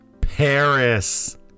Paris